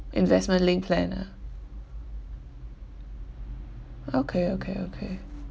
investment linked plan ah okay okay okay